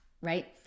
right